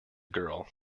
girl